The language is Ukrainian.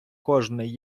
кожний